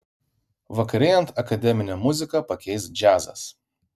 vakarėjant akademinę muziką pakeis džiazas